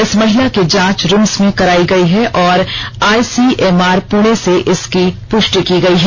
इस महिला की जांच रिम्स में कराई गई है और आईसीएमआर पूणे से इसकी पूष्टि की गई है